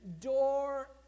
door